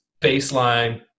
baseline